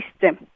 system